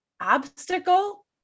obstacle